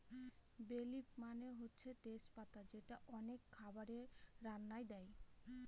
বে লিফ মানে হচ্ছে তেজ পাতা যেটা অনেক খাবারের রান্নায় দেয়